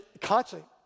constantly